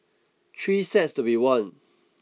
three sets to be won